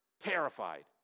terrified